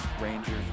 Rangers